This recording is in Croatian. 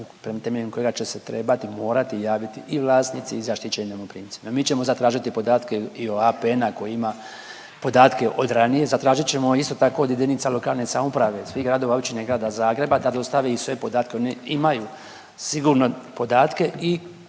će, temeljem kojega će se trebati, morati javiti i vlasnici i zaštićeni najmoprimci. No, mi ćemo zatražiti podatke i od APN-a koji ima podatke od ranije. Zatražit ćemo isto tako od jedinica lokalne samouprave, svih gradova, općina i Grada Zagreba da dostavi i svoje podatke. Oni imaju sigurno podatke i